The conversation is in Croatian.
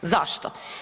Zašto?